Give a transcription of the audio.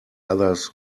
others